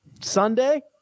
Sunday